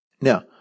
Now